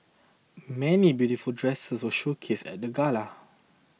many beautiful dresses were showcased at the gala